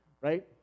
right